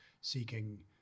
seeking